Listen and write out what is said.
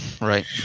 Right